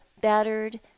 battered